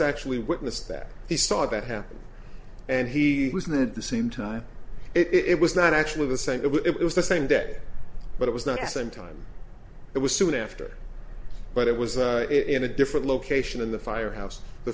actually witnessed that he saw that happen and he was not at the same time it was not actually the same it was the same day but it was not the same time it was soon after but it was in a different location in the firehouse the